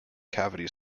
cavity